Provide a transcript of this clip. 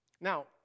Now